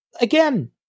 again